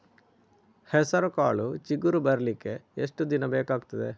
ಹೆಸರುಕಾಳು ಚಿಗುರು ಬರ್ಲಿಕ್ಕೆ ಎಷ್ಟು ದಿನ ಬೇಕಗ್ತಾದೆ?